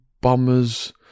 Bombers